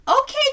Okay